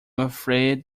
afraid